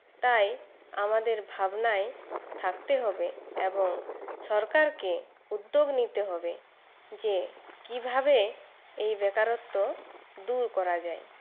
তাই আমাদের ভাবনায় থাকতে হবে এবং সরকারকে উদ্যোগ নিতে হবে যে কীভাবে এই বেকারত্ব দূর করা যায়